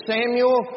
Samuel